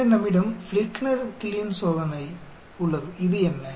பின்னர் நம்மிடம் ஃபிளிக்னர் கில்லீன் சோதனை உள்ளது இது என்ன